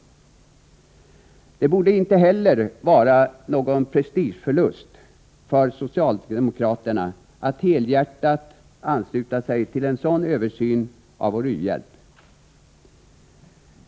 Det borde inte heller vara någon prestigeförlust för socialdemokraterna att helhjärtat ansluta sig till en sådan översyn av vår u-hjälp.